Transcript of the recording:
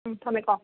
ꯎꯝ ꯊꯝꯃꯦꯀꯣ